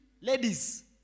ladies